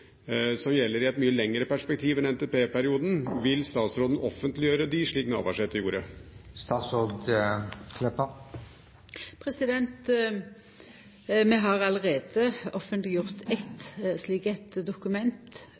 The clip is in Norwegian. som gjelder i et mye lengre perspektiv enn NTP-perioden. Vil statsråden offentliggjøre dem, slik Navarsete gjorde? Vi har allereie offentleggjort eit slikt dokument,